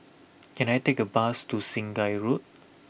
can I take a bus to Sungei Road